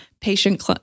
patient